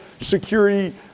security